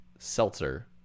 Seltzer